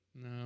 No